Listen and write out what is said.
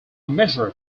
measured